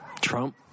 Trump